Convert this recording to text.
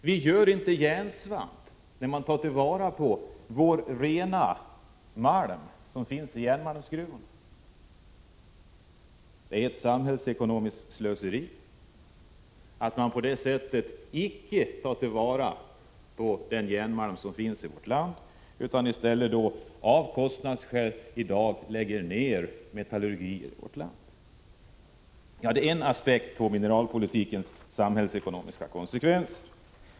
Vi gör inte järnsvamp och tar vara på vår rena malm som finns i järnmalmsgruvorna. Det är samhällsekonomiskt slöseri att på det sättet underlåta att ta vara på den järnmalm som finns i vårt land och i stället lägga ned metallurgisk verksamhet. Det var en aspekt på mineralpolitikens samhällsekonomiska konsekvenser.